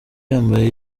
yambaye